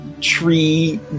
tree